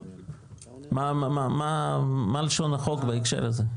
מה לשון החוק בהקשר הזה?